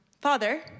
father